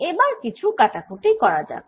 এবার কিছু কাটাকুটি করা যাক